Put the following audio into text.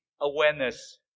awareness